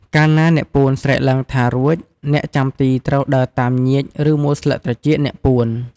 កាលណាអ្នកពួនស្រែកឡើងថា "រួច" អ្នកចាំទីត្រូវដើរតាមញៀច ឬ មួលស្លឹកត្រចៀកអ្នកពួន។